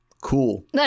cool